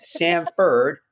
Samford